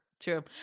true